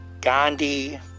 Gandhi